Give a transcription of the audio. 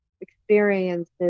experiences